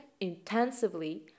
intensively